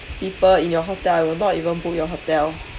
people in your hotel I will not even book your hotel